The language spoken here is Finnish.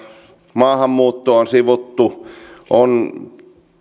maahanmuuttoa on sivuttu on